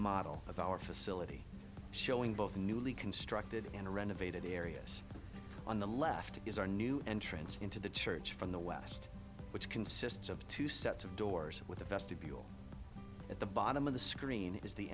model of our facility showing both the newly constructed and renovated areas on the left is our new entrance into the church from the west which consists of two sets of doors with the vestibule at the bottom of the screen is the